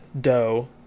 dough